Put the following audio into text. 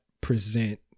present